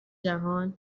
جهان